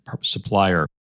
supplier